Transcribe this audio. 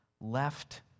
left